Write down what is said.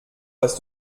was